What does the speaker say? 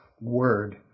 word